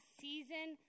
season